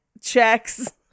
checks